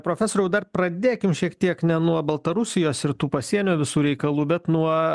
profesoriau dar pradėkim šiek tiek ne nuo baltarusijos ir tų pasienio visų reikalų bet nuo